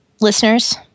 Listeners